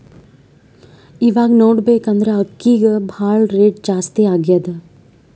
ಇವಾಗ್ ನೋಡ್ಬೇಕ್ ಅಂದ್ರ ಅಕ್ಕಿಗ್ ಭಾಳ್ ರೇಟ್ ಜಾಸ್ತಿ ಆಗ್ಯಾದ